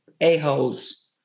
a-holes